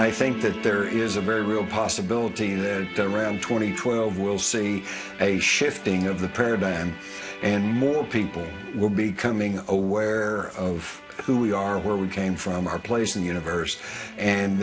i think that there is a very real possibility there that around twenty twelve will see a shifting of the paradigm and more people will be coming over where of who we are where we came from our place in the universe and